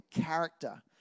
character